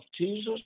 Jesus